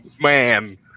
man